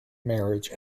marriage